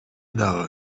дагы